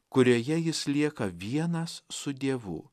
kurioje jis lieka vienas su dievu